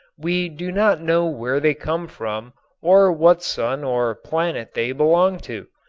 we do not know where they come from or what sun or planet they belonged to.